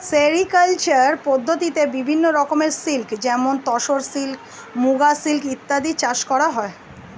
sericulture পদ্ধতিতে বিভিন্ন রকমের সিল্ক যেমন তসর সিল্ক, মুগা সিল্ক ইত্যাদি চাষ করা হয়